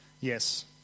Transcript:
yes